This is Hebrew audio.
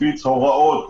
חושבת